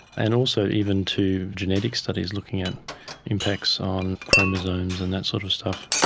and also even to genetic studies, looking at impacts on chromosomes and that sort of stuff.